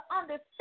understand